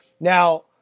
Now